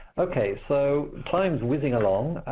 okay, so time's whizzing along.